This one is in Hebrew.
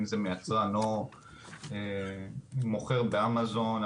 אם זה מיצרן או ממוכר באמזון,